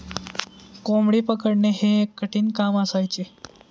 कोंबडी पकडणे हे एक कठीण काम असायचे